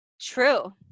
True